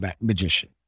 magician